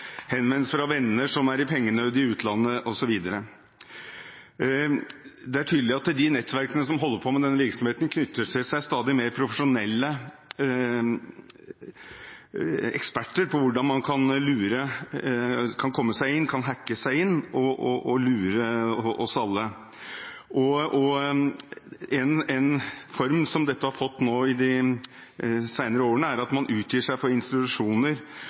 pengenød i utlandet osv. Det er tydelig at de nettverkene som holder på med denne virksomheten, knytter til seg stadig mer profesjonelle eksperter på hvordan man kan komme seg inn, kan hacke seg inn, og lure oss alle. En form som dette har fått i de senere årene, er at man utgir seg for å være fra institusjoner